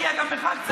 שאני אשקיע גם בך קצת?